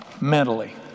Mentally